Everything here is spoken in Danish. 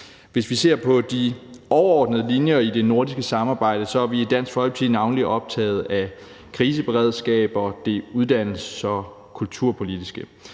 Hvis vi ser på de overordnede linjer i det nordiske samarbejde, er vi i Dansk Folkeparti navnlig optaget af kriseberedskab og det uddannelses- og kulturpolitiske.